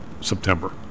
September